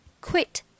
Quit